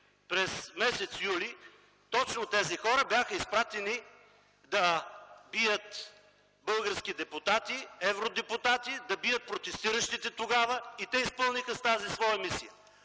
през м. юли точно тези хора бяха изпратени да бият български депутати, евродепутати, да бият протестиращите тогава. Те изпълниха тази своя мисия.